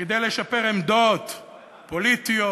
כדי לשפר עמדות פוליטיות.